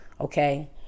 okay